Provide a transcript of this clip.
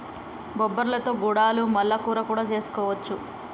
బొబ్బర్లతో గుడాలు మల్ల కూర కూడా చేసుకోవచ్చు